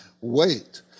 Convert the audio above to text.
wait